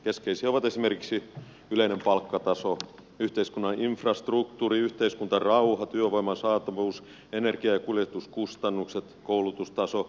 keskeisiä ovat esimerkiksi yleinen palkkataso yhteiskunnan infrastruktuuri yhteiskuntarauha työvoiman saatavuus energia ja kuljetuskustannukset koulutustaso ja niin edelleen